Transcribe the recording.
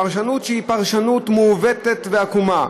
פרשנות שהיא פרשנות מעוותת ועקומה,